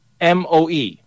MOE